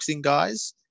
guys